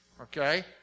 okay